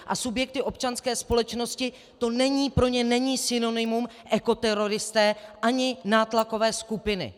A subjekty občanské společnosti, pro ně není synonymum ekoteroristé ani nátlakové skupiny.